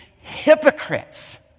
hypocrites